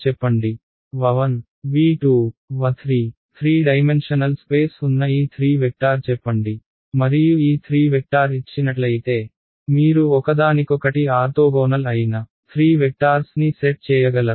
3 dimensional space ఉన్న ఈ 3 vector చెప్పండి మరియు ఈ 3 వెక్టార్ ఇచ్చినట్లయితే మీరు ఒకదానికొకటి ఆర్తోగోనల్ అయిన 3 వెక్టార్స్ని సెట్ చేయగలరా